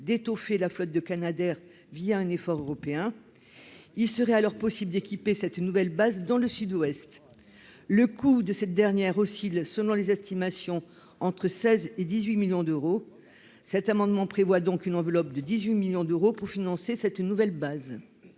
d'étoffer la flotte de Canadair un effort européen. Il serait alors possible d'équiper cette nouvelle base dans le Sud-Ouest. Le coût de cette dernière oscille, selon les estimations, entre 16 et 18 millions d'euros. Cet amendement prévoit donc une enveloppe de 18 millions d'euros pour financer cette nouvelle base.